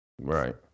Right